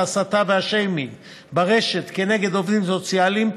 ההסתה והשיימינג ברשת כנגד עובדים סוציאליים.